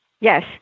yes